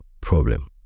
problem